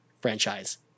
franchise